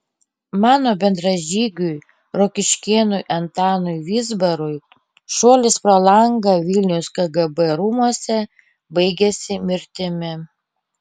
mano bendražygiui rokiškėnui antanui vizbarui šuolis pro langą vilniaus kgb rūmuose baigėsi mirtimi